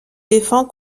défend